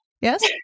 Yes